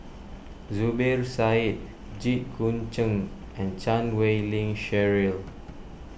Zubir Said Jit Koon Ch'ng and Chan Wei Ling Cheryl